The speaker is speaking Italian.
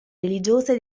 religiose